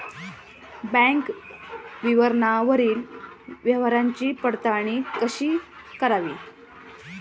Bank विवरणावरील व्यवहाराची पडताळणी कशी करावी?